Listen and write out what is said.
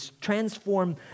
transform